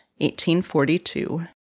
1842